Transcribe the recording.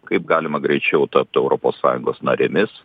kaip galima greičiau taptų europos sąjungos narėmis